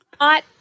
hot